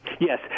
Yes